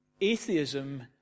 atheism